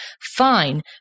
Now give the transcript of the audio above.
Fine